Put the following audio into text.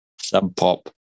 sub-pop